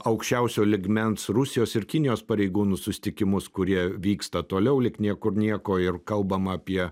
aukščiausio lygmens rusijos ir kinijos pareigūnų susitikimus kurie vyksta toliau lyg niekur nieko ir kalbama apie